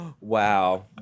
Wow